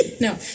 No